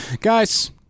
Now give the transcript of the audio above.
Guys